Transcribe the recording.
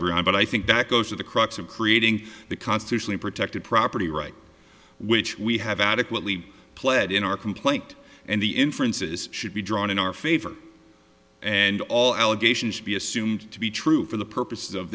discovery but i think that goes to the crux of creating the constitutionally protected property right which we have adequately pled in our complaint and the inferences should be drawn in our favor and all allegations be assumed to be true for the purposes of